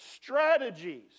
Strategies